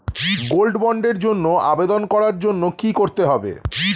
Gold বন্ডের জন্য আবেদন করার জন্য কি করতে হবে?